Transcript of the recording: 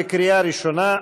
בקריאה ראשונה,